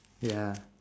ya